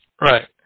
Right